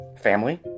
family